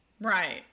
right